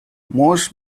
most